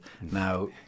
now